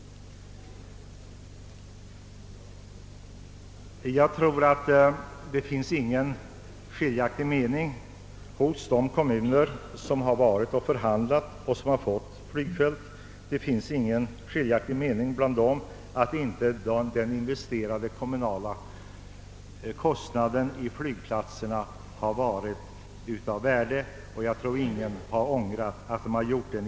Jag tror inte att det råder några delade meningar i de kommuner, som har förhandlat och fått flygfält, om att investeringen i dessa har varit av värde; ingen har väl ångrat att den gjordes.